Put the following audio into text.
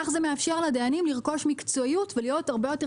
כך זה יאפשר לדיינים לרכוש מקצועיות ולהיות הרבה יותר